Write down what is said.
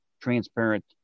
transparent